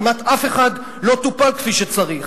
כמעט אף אחד לא טופל כפי שצריך.